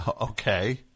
Okay